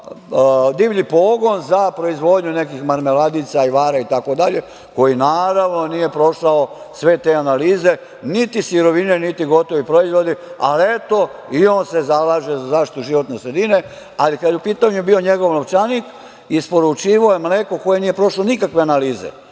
divlji pogon za proizvodnju nekih marmeladica, ajvara itd, koji naravno nije prošao sve te analize, niti sirovine, niti gotovi proizvodi, ali, eto, i on se zalaže za zaštitu životne sredine. Kada je bio u pitanju njegov novčanik, isporučivao je mleko koje nije prošlo nikakve analize,